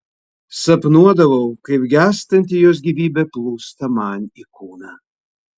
sapnuodavau kaip gęstanti jos gyvybė plūsta man į kūną